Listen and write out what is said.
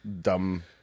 dumb